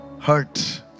hurt